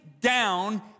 down